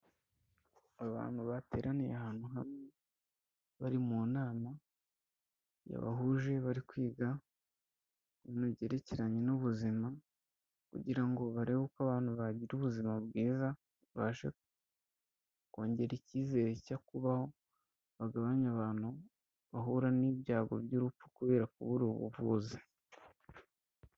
Abantu bateraniye ahantu hamwe bari mu nama yabahuje, bari kwiga ibintu byerekeranye n'ubuzima kugira ngo barebe uko abantu bagira ubuzima bwiza, babashe kongera icyizere cyo kubaho bagabanye abantu bahura n'ibyago by'urupfu kubera kubura ubuvuzi.